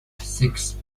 six